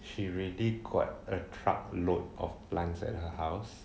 she already got a truck load of plants at her house